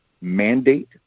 mandate